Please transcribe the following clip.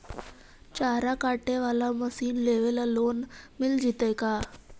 चारा काटे बाला मशीन लेबे ल लोन मिल जितै का?